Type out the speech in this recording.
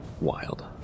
Wild